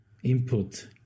input